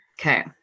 Okay